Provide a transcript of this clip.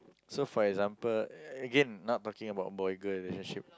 so for example again not talking about boy girl relationship